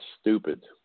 stupid